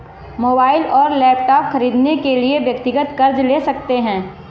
mobile और laptop खरीदने के लिए व्यक्तिगत कर्ज ले सकते है